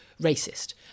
racist